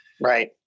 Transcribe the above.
Right